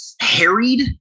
harried